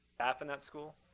half in that school,